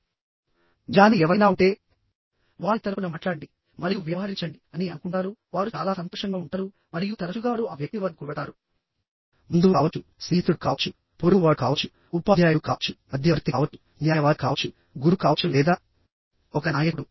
నిజానికి ఎవరైనా ఉంటే వారి తరపున మాట్లాడండి మరియు వ్యవహరించండి అని అనుకుంటారు వారు చాలా సంతోషంగా ఉంటారు మరియు తరచుగా వారు ఆ వ్యక్తి వద్దకు వెళతారు బంధువు కావచ్చు స్నేహితుడు కావచ్చు పొరుగువాడు కావచ్చు ఉపాధ్యాయుడు కావచ్చు మధ్యవర్తి కావచ్చు న్యాయవాది కావచ్చు గురువు కావచ్చు లేదా ఒక నాయకుడు